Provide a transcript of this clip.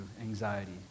anxiety